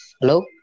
Hello